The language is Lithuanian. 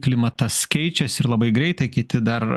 klimatas keičiasi ir labai greitai kiti dar